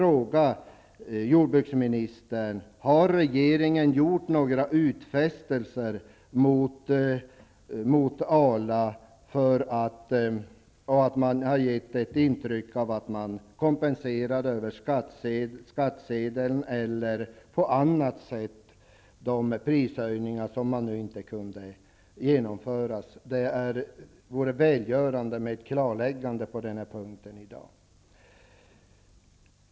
Har regeringen gjort några utfästelser gentemot Arla att det skall ske en kompensation över skattsedeln eller på annat sätt för de prishöjningar som inte kunde genomföras? Det vore välgörande med ett klarläggande på den punkten i dag.